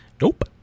Nope